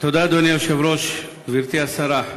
אדוני היושב-ראש, תודה, גברתי השרה,